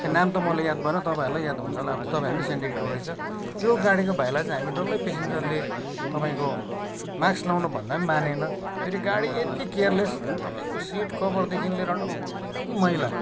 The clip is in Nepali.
नाम त मलाई याद भएन तपाईँहरूलाई याद हुन्छ होला अब तपाईँहरूकै सेन्डिकेटको रहेछ त्यो गाडीको भाइलाई चाहिँ हामी डल्लै पेसेन्जरले तपाईँको माक्स लाउनु भन्दा पनि मानेन फेरि गाडी यति केयरलेस तपाईँको सिट कभरदेखिन् लिएर डल्लै मैला